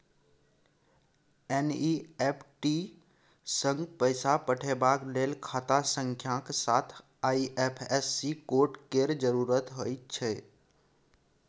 NEFT सँ पैसा पठेबाक लेल खाता संख्याक साथ आई.एफ.एस.सी कोड केर जरुरत होइत छै